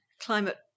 climate